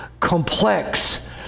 complex